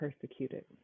persecuted